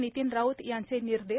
नितिन राऊत यांचे निर्देश